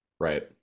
Right